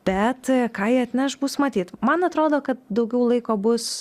bet ką jie atneš bus matyt man atrodo kad daugiau laiko bus